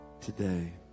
today